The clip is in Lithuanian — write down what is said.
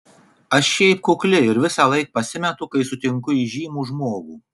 aš šiaip kukli ir visąlaik pasimetu kai sutinku įžymų žmogų